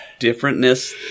differentness